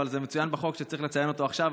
אבל מצוין בחוק שצריך לציין אותו עכשיו,